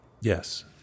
Yes